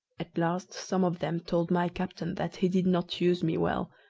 at last some of them told my captain that he did not use me well,